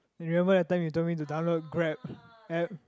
you remember that time you told me to download Grab app